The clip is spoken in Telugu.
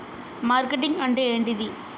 మార్కెటింగ్ అంటే ఏంటిది?